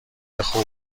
خوبه